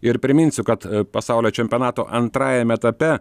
ir priminsiu kad pasaulio čempionato antrajame etape